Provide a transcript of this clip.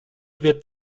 wird